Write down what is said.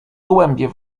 gołębie